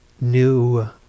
new